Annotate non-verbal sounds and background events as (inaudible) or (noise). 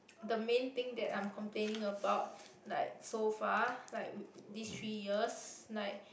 (noise) the main thing that I'm complaining about like so far like w~ this three years like